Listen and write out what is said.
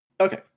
Okay